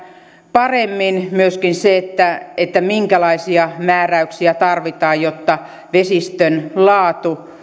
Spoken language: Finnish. paremmin myöskin se minkälaisia määräyksiä tarvitaan jotta vesistön laatu